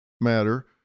matter